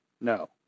No